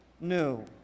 new